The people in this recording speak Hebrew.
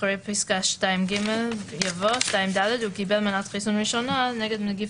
אחרי פסקה (2ג) יבוא: "(2ד) הוא קיבל מנת חיסון ראשונה נגד נגיף